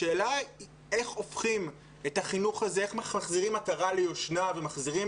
השאלה איך מחזירים עטרה ליושנה ומחזירים